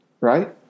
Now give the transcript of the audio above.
Right